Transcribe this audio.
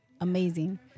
amazing